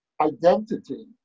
identity